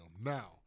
Now